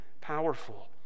powerful